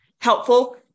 helpful